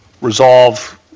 resolve